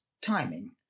timing